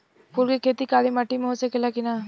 फूल के खेती काली माटी में हो सकेला की ना?